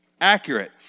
accurate